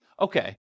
okay